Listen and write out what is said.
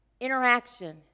interaction